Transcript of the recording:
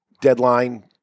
deadline